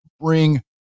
bring